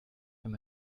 wenn